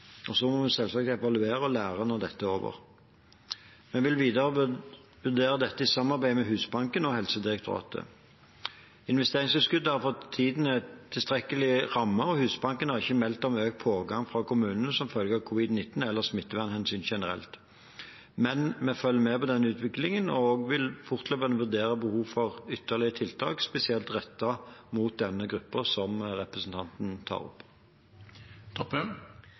Så må vi selvsagt evaluere og lære når dette er over. Vi vil videre vurdere dette i samarbeid med Husbanken og Helsedirektoratet. Investeringstilskuddet har for tiden tilstrekkelige rammer, og Husbanken har ikke meldt om økt pågang fra kommunene som følge av covid-19 eller smittevernhensyn generelt. Men vi følger med på denne utviklingen og vil fortløpende vurdere behov for ytterligere tiltak spesielt rettet mot den gruppen som representanten Toppe tar